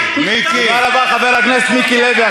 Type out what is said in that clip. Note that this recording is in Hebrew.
תודה רבה, חבר הכנסת מיקי לוי.